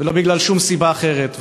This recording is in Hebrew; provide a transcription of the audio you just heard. ולא משום סיבה אחרת.